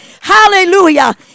Hallelujah